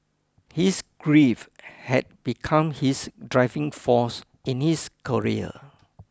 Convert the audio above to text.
his grief had become his driving force in his career